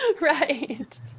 Right